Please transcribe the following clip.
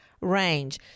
range